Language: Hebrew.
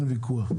אין ויכוח.